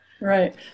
Right